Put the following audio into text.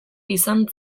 izan